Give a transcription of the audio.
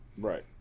Right